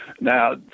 Now